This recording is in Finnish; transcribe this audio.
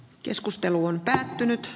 keskustelu on päättynyt